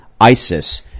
isis